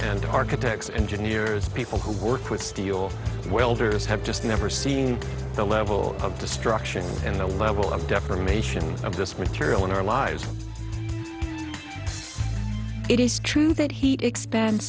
and architects engineers people who work with steel welders have just never seen the level of destruction and the level of defamation of this material in our lives it is true that heat exp